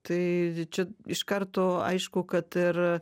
tai čia iš karto aišku kad ir